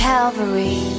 Calvary